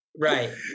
Right